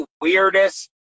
weirdest